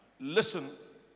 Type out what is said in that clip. Listen